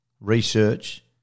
research